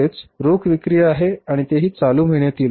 तेच रोख विक्री आहे आणि तेही चालू महिन्यातील